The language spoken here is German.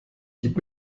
gib